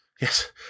Yes